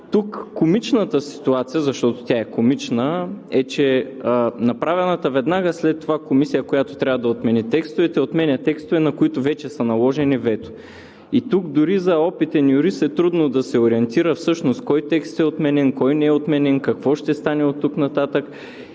Тук комичната ситуация, защото тя е комична, е, че направената веднага след това Комисия, която трябва да отмени текстовете, отменя текстове, на които вече са наложени вето. Тук дори за опитен юрист е трудно да се ориентира всъщност кой текст е отменен, кой не е отменен, какво ще стане оттук нататък